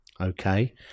Okay